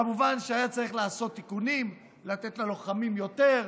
כמובן שהיה צריך לעשות תיקונים, לתת ללוחמים יותר,